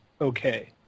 okay